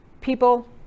people